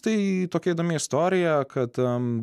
tai tokia įdomi istorija kad